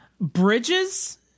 Bridges